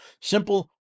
simple